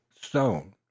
stone